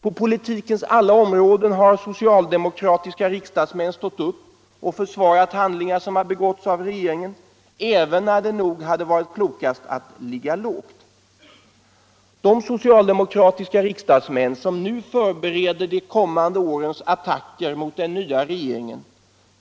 På politikens alla områden har socialdemokratiska riksdagsmän stått upp och försvarat handlingar som begåtts av regeringen, även när det nog hade varit klokast att ligga lågt. De socialdemokratiska riksdagsmän som nu förbereder de kommande årens attacker mot den nya regeringen